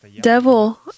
Devil